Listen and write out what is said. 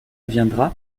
viendra